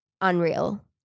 unreal